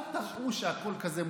אל תראו שהכול כזה מושחת.